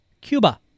Cuba